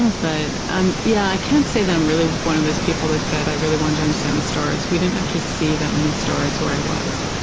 but yeah, i can't say that i'm really one of those people that said i really wanted to understand the stars. we didn't actually see that many stars where i was.